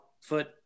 foot